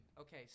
okay